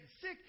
sick